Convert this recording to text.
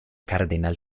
cardenal